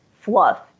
fluff